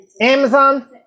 Amazon